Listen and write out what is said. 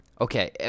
okay